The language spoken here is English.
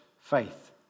faith